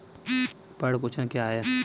पर्ण कुंचन क्या है?